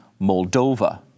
Moldova